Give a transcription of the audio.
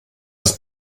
das